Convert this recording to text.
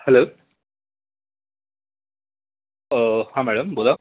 hello हा madam बोला